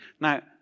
Now